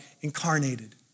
incarnated